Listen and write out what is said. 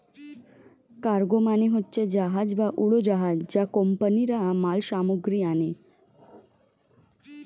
cargo মানে হচ্ছে জাহাজ বা উড়োজাহাজ যা কোম্পানিরা মাল সামগ্রী আনে